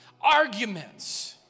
Arguments